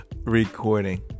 recording